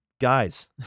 Guys